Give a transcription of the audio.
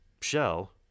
shell